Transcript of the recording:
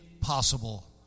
possible